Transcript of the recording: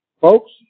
Folks